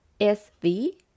SV